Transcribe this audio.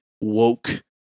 woke